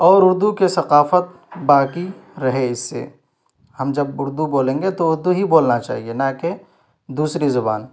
اور اردو کے ثقافت باقی رہے اس سے ہم جب اردو بولیں گے تو اردو ہی بولنا چاہیے نہ کہ دوسری زبان